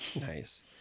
nice